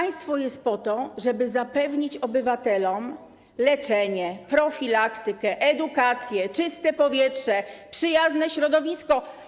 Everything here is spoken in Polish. A państwo jest po to, żeby zapewnić obywatelom leczenie, profilaktykę, edukację, czyste powietrze, przyjazne środowisko.